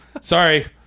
Sorry